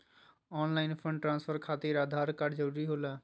Online fund transfer खातिर Aadhaar card जरूरी होला?